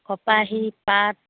কপাহী পাট